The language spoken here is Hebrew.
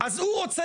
שר הביטחון,